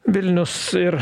vilnius ir